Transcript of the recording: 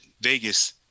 Vegas